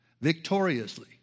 victoriously